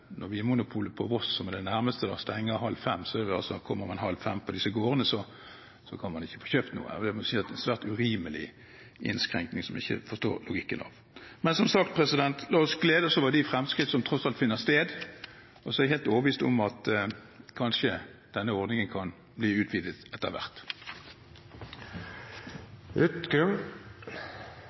Når Vinmonopolet på Voss, som er det nærmeste, stenger halv fem, er det slik at kommer man til disse gårdene klokken halv fem, kan man ikke få kjøpt noe. Jeg må si at det er en svært urimelig innskrenkning, som jeg ikke forstår logikken i. Men som sagt: La oss glede oss over de fremskritt som tross alt finner sted. Så er jeg helt overbevist om at denne ordningen kanskje kan bli utvidet etter